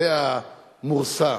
זאת המורסה.